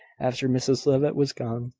after mrs levitt was gone.